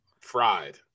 Fried